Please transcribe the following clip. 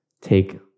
take